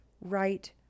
right